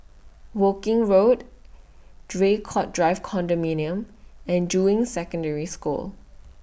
Woking Road Draycott Drive Condominium and Juying Secondary School